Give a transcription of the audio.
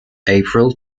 april